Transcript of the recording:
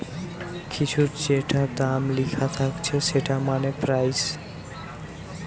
কিছুর যেটা দাম লিখা থাকছে সেটা মানে প্রাইস